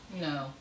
No